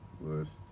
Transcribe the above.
list